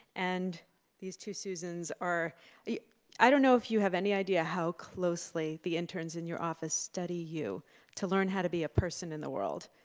and these two susans are i don't know if you don't have any idea how closely the interns in your office study you to learn how to be a person in the world,